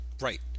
right